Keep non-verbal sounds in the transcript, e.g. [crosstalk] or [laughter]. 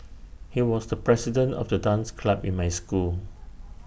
[noise] he was the president of the dance club in my school